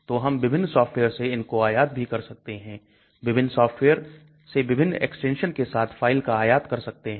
तो हम विभिन्न सॉफ्टवेयर से इनको आयात भी कर सकते हैं विभिन्न सॉफ्टवेयर से विभिन्न एक्सटेंशन के साथ फाइल का आयात कर सकते हैं